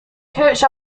coach